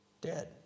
dead